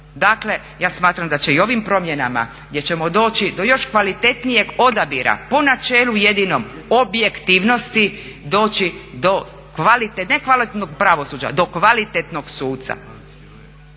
Dakle, ja smatram da će i ovim promjenama gdje ćemo doći do još kvalitetnijeg odabira po načelu jedinom objektivnosti doći do kvalitetnog,